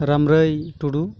ᱨᱟᱢᱨᱟᱭ ᱴᱩᱰᱩ